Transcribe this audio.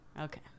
Okay